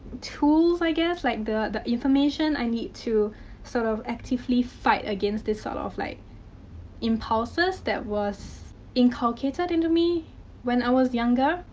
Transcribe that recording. tools, i guess. like the the information i need to sort of actively fight against this sort of like impulses that was inculcated into me when i was younger.